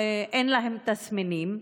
אין להם תסמינים?